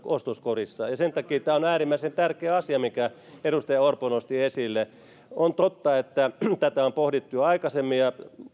ostoskorissa ja sen takia tämä on äärimmäisen tärkeä asia minkä edustaja orpo nosti esille on totta että tätä on pohdittu jo aikaisemmin